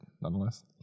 nonetheless